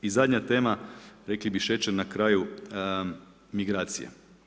I zadnja tema, rekli bi šećer na kraju, migracija.